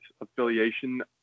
affiliation